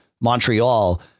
Montreal